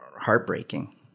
heartbreaking